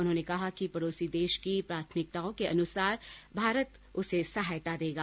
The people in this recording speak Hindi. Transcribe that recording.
उन्होंने कहा है कि पड़ोसी देश की प्राथमिकताओं के अनुसार भारत उसे सहायता देगा